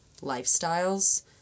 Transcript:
lifestyles